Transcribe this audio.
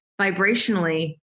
vibrationally